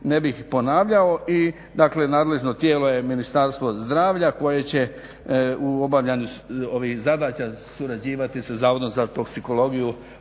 ne bih ponavljao. I dakle nadležno tijelo je Ministarstvo zdravlja koje će u obavljanju ovih zadaća surađivati sa Zavodom za toksikologiju